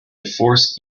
force